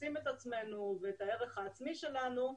תופסים את עצמנו ואת הערך העצמי שלנו.